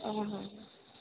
ଓ ହଁ